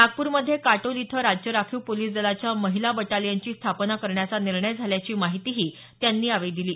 नागपूरमधे काटोल इथं राज्य राखीव पोलिस दलाच्या महिला बटालियनची स्थापना करण्याचा निर्णय झाल्याची माहितीही त्यांनी यावेळी दिली